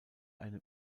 einem